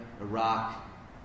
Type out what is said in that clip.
Iraq